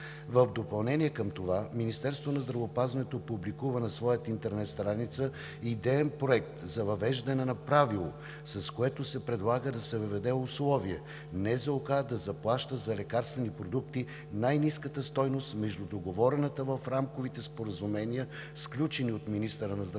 В допълнение към това Министерството на здравеопазването публикува на своята интернет страница идеен проект за въвеждане на правило, с което се предлага да се въведе условие НЗОК да заплаща за лекарствени продукти най-ниската стойност между договорената в рамковите споразумения, сключени от министъра на здравеопазването